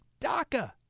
DACA